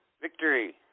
victory